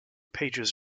pages